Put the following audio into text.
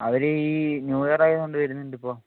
അവർ ഈ ന്യൂ ഇയറായത് കൊണ്ട് വരുന്നുണ്ട് ഇപ്പോൾ